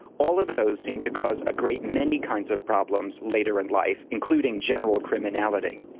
all of those seem to cause a great many kind of problems later in life including general criminality.